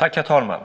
Herr talman!